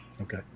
Okay